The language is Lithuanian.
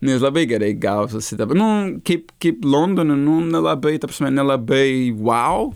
nes labai gerai gausi sidad nu kaip kaip londono nu nelabai ta prasme nelabai vau